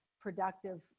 productive